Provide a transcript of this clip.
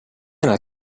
nella